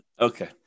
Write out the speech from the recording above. Okay